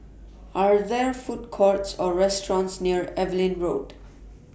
Are There Food Courts Or restaurants near Evelyn Road